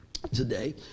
Today